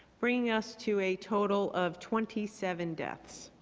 bringing us to a total of twenty seven deaths.